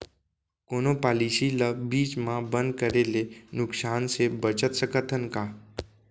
कोनो पॉलिसी ला बीच मा बंद करे ले नुकसान से बचत सकत हन का?